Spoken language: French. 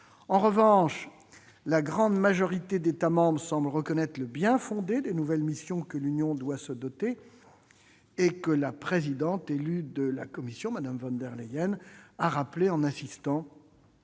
En revanche, la grande majorité des États membres semblent reconnaître le bien-fondé des nouvelles missions que l'Union doit se donner et que la présidente élue de la Commission, Mme Von der Leyen, a rappelées, en insistant